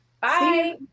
Bye